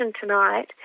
tonight